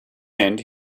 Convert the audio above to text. end